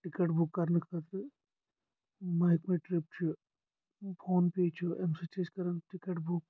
ticket book کرنہٕ خٲطرٕ MakeMyTrip چھِ فون پے چھُ امہِ سۭتۍ چھِ أسۍ کران ٹکٹ بُک